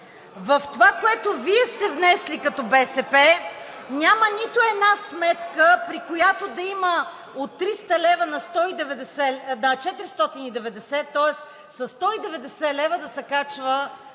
В това, което Вие сте внесли – като БСП няма нито една сметка, при която да има от 300 лв. на 490 лв., тоест със 190 лв. да се качва